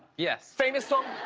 yes. famous song.